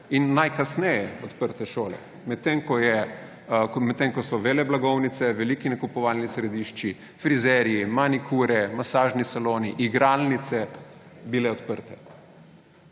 in najkasneje odprte šole, medtem ko so veleblagovnice, velika nakupovalna središča, frizerji, manikure, masažni saloni, igralnice bili odprti.